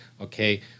okay